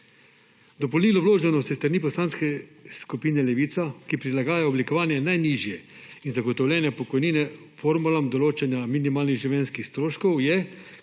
Dopolnilo, vloženo s strani Poslanske skupine Levica, ki prilagaja oblikovanje najnižje in zagotovljene pokojnine formulam določanja minimalnih življenjskih stroškov, je,